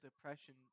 depression